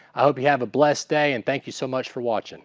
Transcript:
i hope you have a blessed day, and thank you so much for watching.